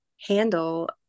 handle